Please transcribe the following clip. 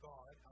God